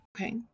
Okay